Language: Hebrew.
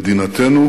למדינתנו